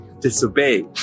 disobey